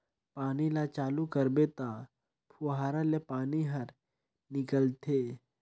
पानी ल चालू करबे त फुहारा ले पानी हर निकलथे